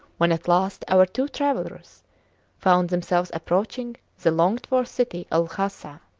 when at last our two travellers found themselves approaching the longed-for city of lhasa.